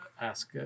ask